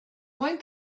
one